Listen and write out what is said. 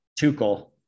Tuchel